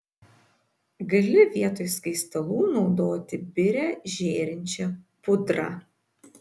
gali vietoj skaistalų naudoti birią žėrinčią pudrą